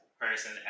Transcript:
person